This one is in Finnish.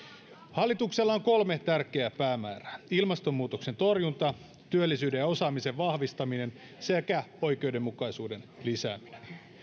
hallituksella on kolme tärkeää päämäärää ilmastonmuutoksen torjunta työllisyyden ja osaamisen vahvistaminen sekä oikeudenmukaisuuden lisääminen